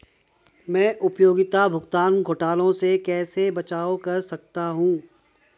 मैं उपयोगिता भुगतान घोटालों से कैसे बचाव कर सकता हूँ?